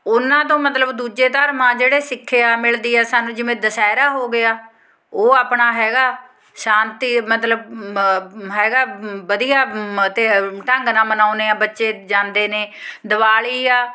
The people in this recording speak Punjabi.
ਉਹਨਾਂ ਤੋਂ ਮਤਲਬ ਦੂਜੇ ਧਰਮ ਆ ਜਿਹੜੇ ਸਿੱਖਿਆ ਮਿਲਦੀ ਆ ਸਾਨੂੰ ਜਿਵੇਂ ਦੁਸਹਿਰਾ ਹੋ ਗਿਆ ਉਹ ਆਪਣਾ ਹੈਗਾ ਸ਼ਾਂਤੀ ਮਤਲਬ ਹੈਗਾ ਵਧੀਆ ਅਤੇ ਢੰਗ ਨਾਲ ਮਨਾਉਂਦੇ ਹਾਂ ਬੱਚੇ ਜਾਂਦੇ ਨੇ ਦਿਵਾਲੀ ਆ